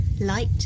light